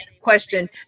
question